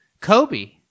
Kobe